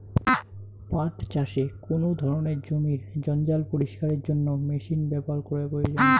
পাট চাষে কোন ধরনের জমির জঞ্জাল পরিষ্কারের জন্য মেশিন ব্যবহার করা প্রয়োজন?